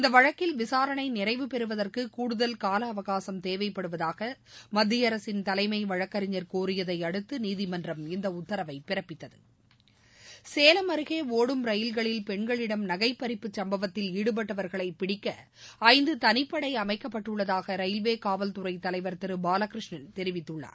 இந்த வழக்கில் விசாரணை நிறைவு பெறுவதற்கு கூடுதல் கால அவகாசம் தேவைப்படுவதாக மத்திய அரசின் தலைமை வழக்கறிஞர் கோரியதை அடுத்து நீதிமன்றம் இந்த உத்தரவை பிறப்பித்தவ சேலம் அருகே ஒடும் ரயில்களில் பெண்களிடம் நகை பறிப்பு சம்பவத்தில் ஈடுபட்டவர்களை பிடிக்க ஐந்து தனிப்படை அமைக்கப்பட்டுள்ளதாக ரயில்வே காவல்துறை தலைவர் திரு பாலகிருஷ்ணன் தெரிவித்துள்ளார்